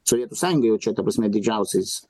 sovietų sąjunga jau čia ta prasme didžiausiais